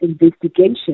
investigation